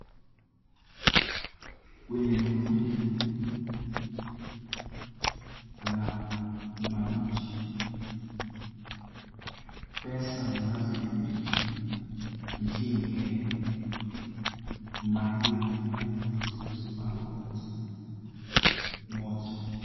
Kwenye mkono hili kuna manoti, pesa zinazotumika nchini Kenya, maelfu maelfu zilizopangwa moja moja.